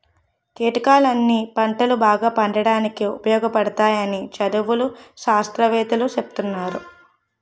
కీటకాలన్నీ పంటలు బాగా పండడానికి ఉపయోగపడతాయని చదువులు, శాస్త్రవేత్తలూ సెప్తున్నారు